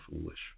foolish